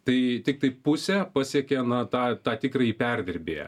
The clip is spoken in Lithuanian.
tai tiktai pusė pasiekė aną tą tą tikrąjį perdirbėją